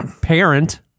parent